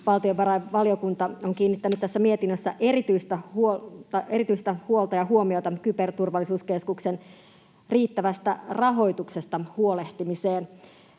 valtiovarainvaliokunta on kiinnittänyt tässä mietinnössä erityistä huolta ja huomiota Kyberturvallisuuskeskuksen riittävästä rahoituksesta huolehtimiseen.